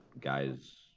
guys